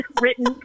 written